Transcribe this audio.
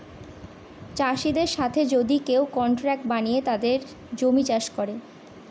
চাষীদের সাথে যদি কেউ কন্ট্রাক্ট বানিয়ে তাদের জমি চাষ করে